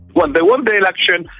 when they won the election,